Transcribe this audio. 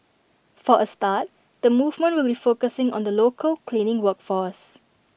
for A start the movement will focusing on the local cleaning work force